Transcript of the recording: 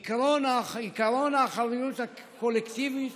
עקרון האחריות הקולקטיבית